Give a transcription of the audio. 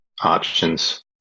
options